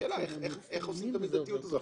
אבל השאלה איך עושים את המידתיות הזאת,